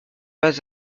pas